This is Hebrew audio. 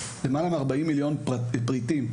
למעלה מ-40 מיליון פריטים,